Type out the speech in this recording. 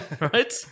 Right